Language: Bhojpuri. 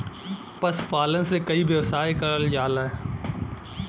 पशुपालन से कई व्यवसाय करल जाला